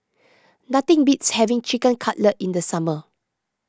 nothing beats having Chicken Cutlet in the summer